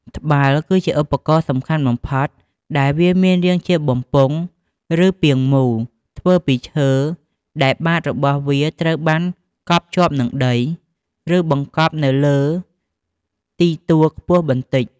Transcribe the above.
ត្បាល់ គឺជាឧបករណ៍សំខាន់បំផុត ដែលវាមានរាងជាបំពង់ ឬពាងមូលធំ ធ្វើពីឈើ ដែលបាតរបស់វាត្រូវបានកប់ជាប់នឹងដី ឬបង្កប់នៅលើទីទួលខ្ពស់បន្តិច។